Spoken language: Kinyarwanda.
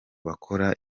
bakora